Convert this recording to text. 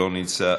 לא נמצא,